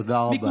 תודה רבה.